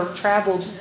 traveled